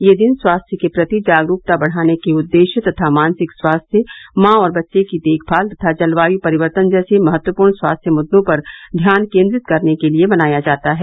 ये दिन स्वास्थ्य के प्रति जागरूकता बढाने के उद्देश्य तथा मानसिक स्वास्थ्य मॉ और बच्चे की देखभाल तथा जलवायु परिवर्तन जैसे महत्वपूर्ण स्वास्थ्य मुद्दों पर ध्यान केन्द्रित करने के लिए मनाया जाता है